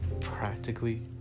practically